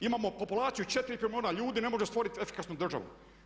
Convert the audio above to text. Imamo populaciju 4 milijuna ljudi ne može stvoriti efikasnu državu.